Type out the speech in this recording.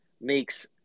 makes